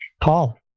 paul